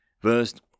First